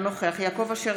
אינו נוכח יעקב אשר,